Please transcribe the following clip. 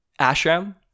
Ashram